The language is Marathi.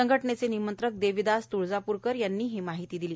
संघटनेचे निमंत्रक देविदास त्ळजाप्रकर यांनी ही माहिती दिली